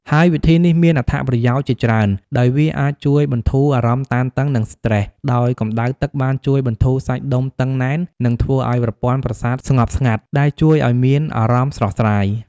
ហើយវិធីនេះមានអត្ថប្រយោជន៍ជាច្រើន ដោយវាអាចជួយបន្ធូរអារម្មណ៍តានតឹង និងស្ត្រេស ដោយកម្ដៅទឹកបានជួយបន្ធូរសាច់ដុំតឹងណែន និងធ្វើឲ្យប្រព័ន្ធប្រសាទស្ងប់ស្ងាត់ ដែលជួយឲ្យមានអារម្មណ៍ស្រស់ស្រាយ។